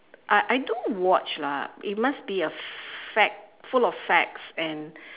uh I do watch lah it must be a fact full of facts and